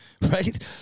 right